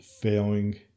failing